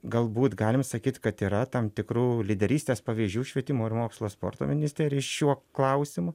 galbūt galim sakyt kad yra tam tikrų lyderystės pavyzdžių švietimo ir mokslo sporto ministerijoj šiuo klausimu